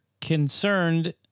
concerned